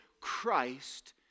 Christ